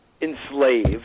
enslaved